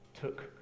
took